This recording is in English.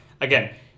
again